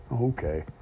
Okay